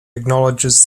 acknowledges